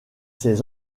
ces